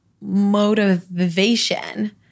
motivation